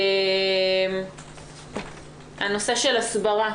נושא ההסברה